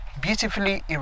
beautifully